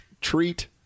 treat